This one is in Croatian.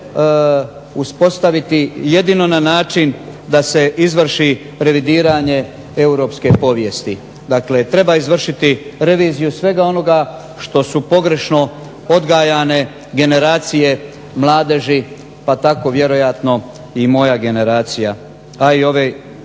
uspostaviti jedino na način da se izvrši revidiranje europske povijesti. Dakle, treba izvršiti reviziju svega onoga što su pogrešno odgajane generacije mladeži, pa tako vjerojatno i moja generacija, a i ove